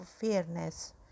fairness